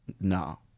No